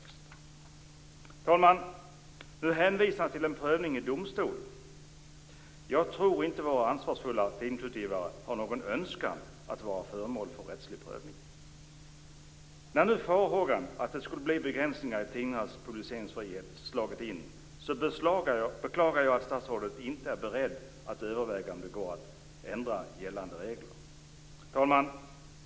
Fru talman! Nu hänvisas till en prövning i domstol. Jag tror inte att våra ansvarsfulla tidningsutgivare har någon önskan att vara föremål för rättslig prövning. När nu farhågan för att det skulle bli begränsningar i tidningars publiceringsfrihet har slagit in beklagar jag att statsrådet inte är beredd att överväga om inte gällande regler bör överses. Fru talman!